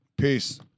Peace